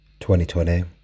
2020